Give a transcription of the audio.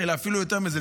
אלא אפילו יותר מזה.